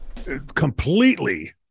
completely